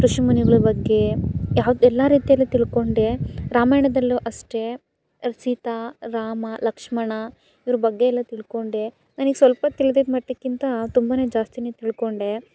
ಋಷಿಮುನಿಗಳ ಬಗ್ಗೆ ಯಾವ್ದು ಎಲ್ಲ ರೀತಿಯಲ್ಲು ತಿಳ್ದ್ಕೊಂಡೆ ರಾಮಾಯಣದಲ್ಲು ಅಷ್ಟೇ ಸೀತಾ ರಾಮ ಲಕ್ಷ್ಮಣ ಇವ್ರ ಬಗ್ಗೆ ಎಲ್ಲ ತಿಳ್ದ್ಕೊಂಡೆ ನನಗ್ ಸ್ವಲ್ಪ ತಿಳ್ದಿದ್ದ ಮಟ್ಟಕ್ಕಿಂತ ತುಂಬ ಜಾಸ್ತಿನೇ ತಿಳ್ದ್ಕೊಂಡೆ